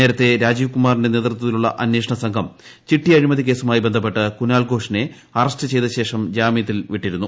നേരത്തെ രാജീവ്കുമാറിന്റെ നേതൃത്വത്തിലുള്ള അന്വേഷണ സംഘം ചിട്ടി അഴിമതി കേസുമായി ബന്ധപ്പെട്ട് കുനാൽഘോഷിനെ അറസ്റ്റ് ചെയ്തശേഷം ജാമ്യത്തിൽ വിട്ടിരുന്നു